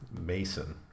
Mason